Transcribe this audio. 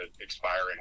expiring